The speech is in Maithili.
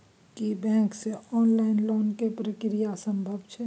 की बैंक से ऑनलाइन लोन के प्रक्रिया संभव छै?